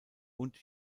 und